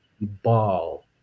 ball